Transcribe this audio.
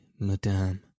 madame